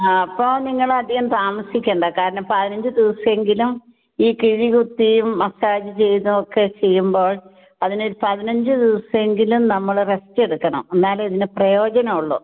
ആ അപ്പോൾ നിങ്ങൾ അധികം താമസിക്കേണ്ട കാരണം പതിനഞ്ച് ദിവസമെങ്കിലും ഈ കിഴി കുത്തിയും മസാജ് ചെയ്തും ഒക്കെ ചെയ്യുമ്പോൾ അതിനൊരു പതിനഞ്ച് ദിവസമെങ്കിലും നമ്മൾ റെസ്റ്റ് എടുക്കണം എന്നാലേ ഇതിന് പ്രയോജനം ഉള്ളൂ